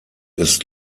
ist